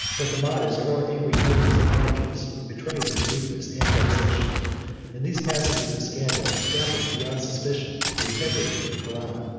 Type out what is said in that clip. but the modest or angry tone of his apologies betrays his weakness and vexation and these passages of scandal established, beyond suspicion, the integrity of the koran.